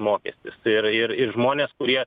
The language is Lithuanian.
mokestis ir ir žmonės kurie